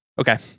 Okay